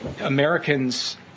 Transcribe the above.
Americans